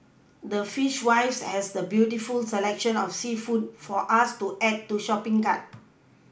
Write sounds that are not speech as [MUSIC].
the Fishwives has the beautiful selection of seafood for us to add to shopPing cart [NOISE]